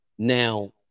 Now